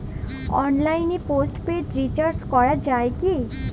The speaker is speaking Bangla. অনলাইনে পোস্টপেড রির্চাজ করা যায় কি?